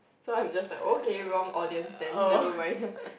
so I'm just like okay wrong audience then nevermind